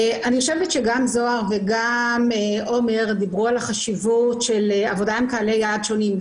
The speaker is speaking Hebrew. חושבת שגם זוהר וגם עומר דיברו על החשיבות של עבודה עם קהלי יעד שונים.